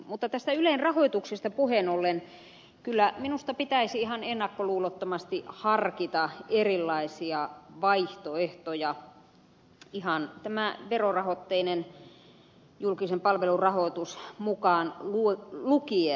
mutta tästä ylen rahoituksesta puheen ollen kyllä minusta pitäisi ihan ennakkoluulottomasti harkita erilaisia vaihtoehtoja ihan tämä verorahoitteinen julkisen palvelun rahoitus mukaan lukien